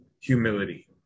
humility